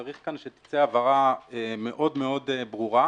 צריך שתצא פה הבהרה מאוד-מאוד ברורה,